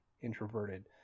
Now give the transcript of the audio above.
introverted